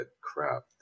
crap